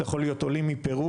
זה יכול להיות עולים מפרו,